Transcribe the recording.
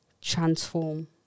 transform